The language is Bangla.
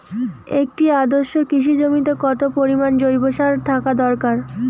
একটি আদর্শ কৃষি জমিতে কত পরিমাণ জৈব সার থাকা দরকার?